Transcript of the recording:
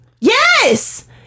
Yes